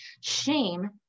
Shame